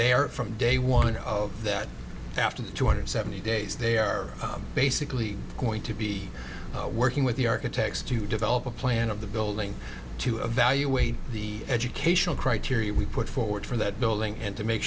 they are from day one of that after two hundred seventy days they are basically going to be working with the architects to develop a plan of the building to evaluate the educational criteria we put forward for that building and to make